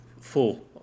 full